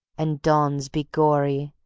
and dawns be gory,